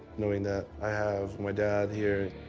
knowing that i have my dad here,